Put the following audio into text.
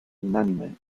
unánime